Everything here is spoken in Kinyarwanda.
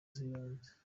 z’ibanze